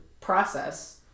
process